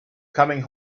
coming